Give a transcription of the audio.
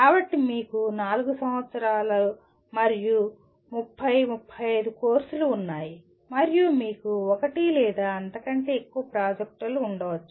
కాబట్టి మీకు 4 సంవత్సరాలు మరియు 30 35 కోర్సులు ఉన్నాయి మరియు మీకు ఒకటి లేదా అంతకంటే ఎక్కువ ప్రాజెక్టులు ఉండవచ్చు